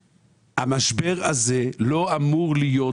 שהמשבר הזה לא אמור להיות